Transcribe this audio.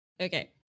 Okay